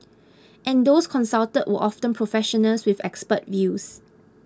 but those consulted were often professionals with expert views